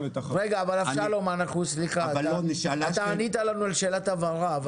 אבשלום, סליחה, אתה ענית לנו על שאלת הבהרה.